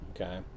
Okay